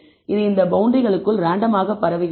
இது இந்த பௌண்டரி க்குள் ரேண்டம் ஆக பரவுகிறது